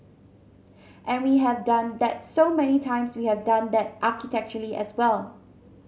and we have done that so many times we have done that architecturally as well